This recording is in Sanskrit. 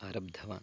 आरब्धवान्